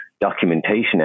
documentation